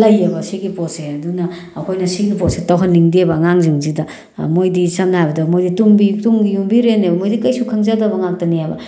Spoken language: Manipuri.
ꯂꯩꯌꯦꯕ ꯁꯤꯒꯤ ꯄꯣꯠꯁꯦ ꯑꯗꯨꯅ ꯑꯩꯈꯣꯏꯅ ꯁꯤꯒꯤ ꯄꯣꯠꯁꯦ ꯇꯧꯍꯟꯅꯤꯡꯗꯦꯕ ꯑꯉꯥꯡꯁꯤꯡꯁꯤꯗ ꯃꯣꯏꯗꯤ ꯁꯝꯅ ꯍꯥꯏꯔꯕꯗ ꯃꯣꯏꯗꯤ ꯇꯨꯡꯒꯤ ꯌꯨꯝꯕꯤꯔꯦꯜꯅꯦꯕ ꯃꯣꯏꯗꯤ ꯀꯩꯁꯨ ꯈꯪꯖꯗꯕ ꯉꯥꯛꯇꯅꯦꯕ